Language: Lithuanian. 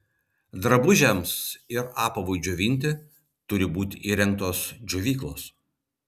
drabužiams ir apavui džiovinti turi būti įrengtos džiovyklos